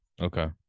Okay